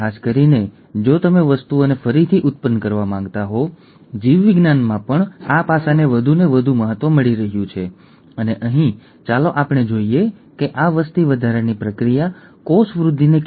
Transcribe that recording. sickle cell રોગ સરસ video વિશે જાણવા માટે આ એક વૈકલ્પિક વીડિયો છે પરંતુ તે એક વૈકલ્પિક વીડિયો છે